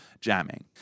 jamming